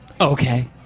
Okay